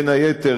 בין היתר,